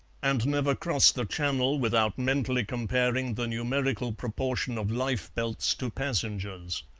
and never crossed the channel without mentally comparing the numerical proportion of lifebelts to passengers.